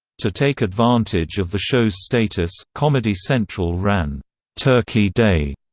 to take advantage of the show's status, comedy central ran turkey day,